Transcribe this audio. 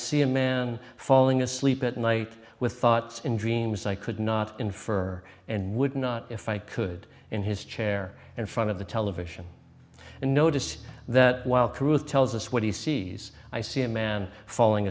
see a man falling asleep at night with thoughts in dreams i could not infer and would not if i could in his chair in front of the television and notice that while crude tells us what he sees i see a man falling